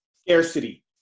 scarcity